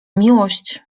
miłość